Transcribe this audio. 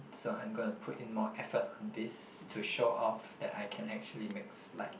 so I'm going to put in more effort on this to show off that I can actually make slide